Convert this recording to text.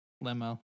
limo